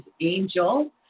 Angel